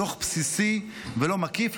דוח בסיסי ולא מקיף.